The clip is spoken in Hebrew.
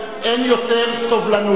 אין יותר סובלנות.